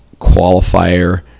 qualifier